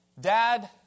dad